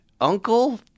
uncle